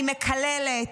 היא מקללת,